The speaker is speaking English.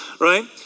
right